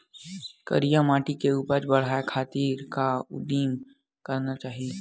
करिया माटी के उपज बढ़ाये खातिर का उदिम करना चाही?